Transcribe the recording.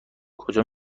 کجا